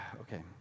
okay